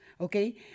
okay